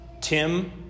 Tim